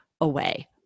away